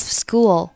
school